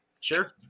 sure